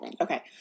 Okay